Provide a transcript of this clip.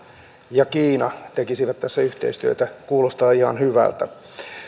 ja kiina tekisivät tässä yhteistyötä kuulostaa ihan hyvältä